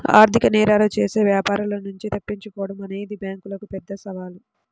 ఆర్థిక నేరాలు చేసే వ్యాపారుల నుంచి తప్పించుకోడం అనేది బ్యేంకులకు పెద్ద సవాలు